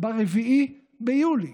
ב-4 ביולי,